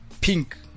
pink